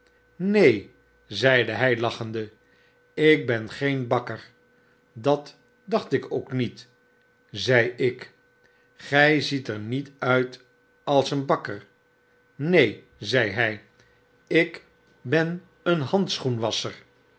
neen zeide hy lachende ik ben geen bakker dat dacht ik ook niet zeiik gy ziet er niet uit als een bakker neen zei hy ik ben een